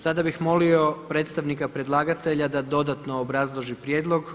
Sada bih molio predstavnika predlagatelja da dodatno obrazloži prijedlog.